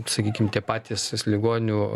sakykim tie patys ligonių